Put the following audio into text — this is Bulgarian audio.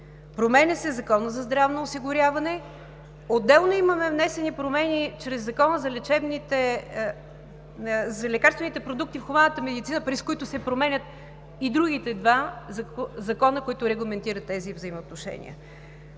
Променя се Законът за здравно осигуряване, отделно имаме внесени промени чрез Закона за лекарствените продукти в хуманната медицина, през които се променят и другите два закона, които регламентират тези взаимоотношения.